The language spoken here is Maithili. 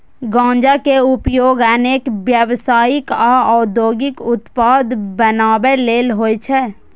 गांजा के उपयोग अनेक व्यावसायिक आ औद्योगिक उत्पाद बनबै लेल होइ छै